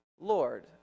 Lord